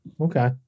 Okay